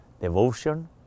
devotion